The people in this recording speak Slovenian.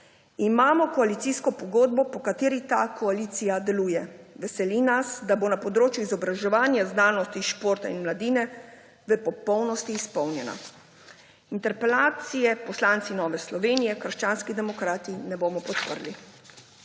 Imamo koalicijsko pogodbo, po kateri ta koalicija deluje, veseli nas, da bo na področju izobraževanja, znanosti, športa in mladine v popolnosti izpolnjena. Interpelacije poslanci Nove Slovenije – krščanskih demokratov ne bomo podprli.